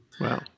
Wow